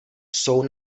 jsou